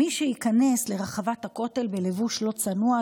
מי שייכנס לרחבת הכותל בלבוש לא צנוע,